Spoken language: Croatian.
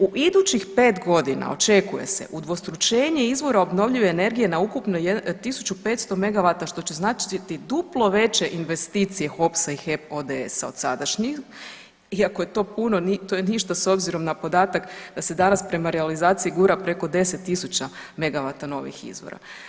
U idućih 5.g. očekuje se udvostručenje izvora obnovljive energije na ukupno 1500 megavata što će značiti duplo veće investicije HOPS-a i HEP ODS-a od sadašnjih, iako je to puno to je ništa s obzirom na podatak da se danas prema realizaciji gura preko 10.000 megavata novih izvora.